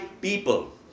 people